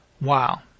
Wow